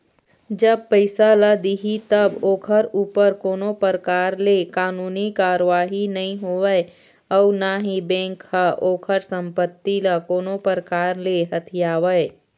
जब पइसा ल दिही तब ओखर ऊपर कोनो परकार ले कानूनी कारवाही नई होवय अउ ना ही बेंक ह ओखर संपत्ति ल कोनो परकार ले हथियावय